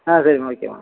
ஆ சரிம்மா ஓகேம்மா